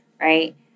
right